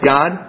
God